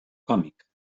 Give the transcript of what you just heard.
còmic